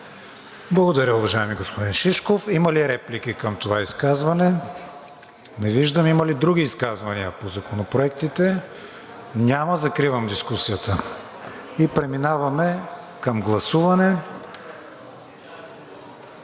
Благодаря, уважаеми господин Шишков. Има ли реплики към това изказване? Не виждам. Има ли други изказвания по законопроектите? Няма. Закривам дискусията. Преминаваме към гласуване.